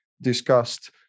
discussed